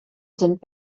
sind